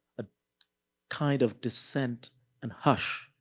a kind of descent and hush,